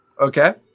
Okay